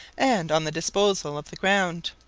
and on the disposal of the ground.